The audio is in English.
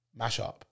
mashup